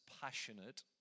passionate